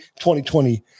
2020